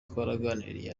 twaraganiriye